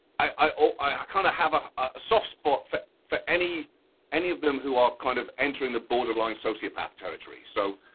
i kind of have a soft spot for for any any of them who are kind of entering the borderline sociopath territory. so,